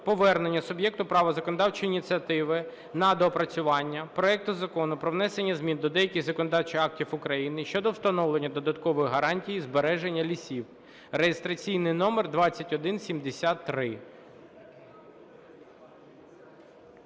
повернення суб'єкту права законодавчої ініціативи на доопрацювання проекту Закону про внесення змін до деяких законодавчих актів України щодо встановлення додаткових гарантій збереження лісів (реєстраційний номер 2173).